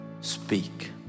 speak